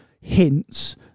hints